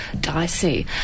dicey